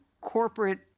corporate